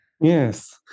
Yes